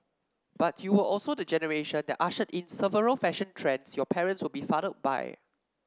but you were also the generation that ushered in several fashion trends your parents were befuddled by